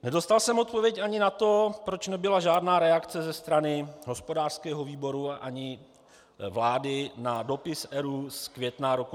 Nedostal jsem odpověď ani na to, proč nebyla žádná reakce ze strany hospodářského výboru ani vlády na dopis EU z května roku 2013.